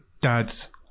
dads